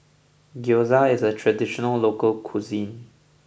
Gyoza is a traditional local cuisine